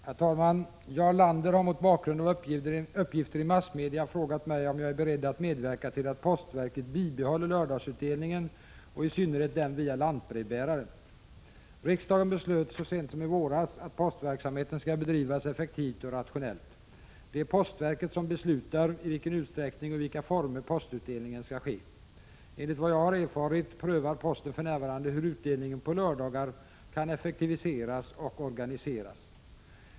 Herr talman! Jarl Lander har mot bakgrund: av uppgifter i massmedia frågat mig om jag är beredd att medverka till att postverket bibehåller lördagsutdelningen och i synnerhet den via lantbrevbärare. Riksdagen beslöt — så sent som i våras — att postverksamheten skall bedrivas effektivt och rationellt. Det är postverket som beslutar i vilken utsträckning och i vilka former postutdelningen skall ske. Enligt vad jag har erfarit prövar posten för närvarande hur utdelningen på lördagar kan effektiviseras och organiseras.